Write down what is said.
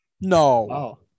no